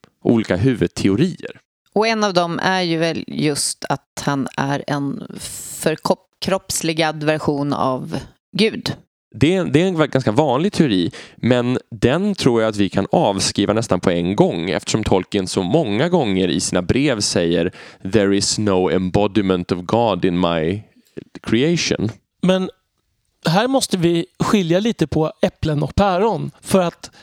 olika huvudteorier. Och en av dem är ju väl just att han är en förkop- kroppsligad version av Gud. Det är- det är en ganska vanlig teori, men den tror jag att vi kan avskriva nästan på en gång, eftersom Tolkien så många gånger i sina brev säger, "There is no embodiment of God in my creation." Men här måste vi skilja lite på äpplen och päron, för att-